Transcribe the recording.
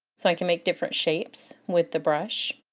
so i can make different shapes with the brush.